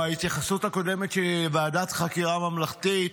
ההתייחסות הקודמת שלי לוועדת חקירה ממלכתית,